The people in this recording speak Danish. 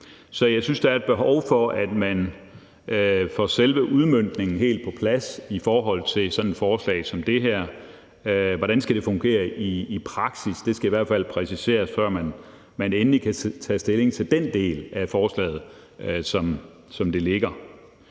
Så jeg synes, at der er et behov for, at man får selve udmøntningen helt på plads i forhold til sådan et forslag som det her. Hvordan skal det fungere i praksis? Det skal i hvert fald præciseres, før man kan tage endelig stilling til den del af forslaget, som det ligger